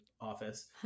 office